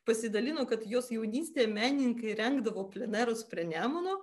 pasidalino kad jos jaunystėj menininkai rengdavo plenerus prie nemuno